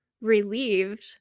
relieved